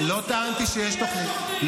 לא אמרתי שיש תוכנית.